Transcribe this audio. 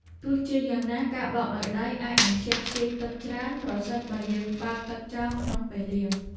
ទោះជាយ៉ាងណាការបោកដោយដៃអាចនឹងខ្ជះខ្ជាយទឹកច្រើនប្រសិនបើយើងបើកទឹកចោលក្នុងពេលលាង។